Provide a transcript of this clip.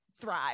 thrive